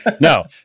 No